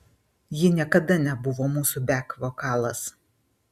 ji niekada nebuvo mūsų bek vokalas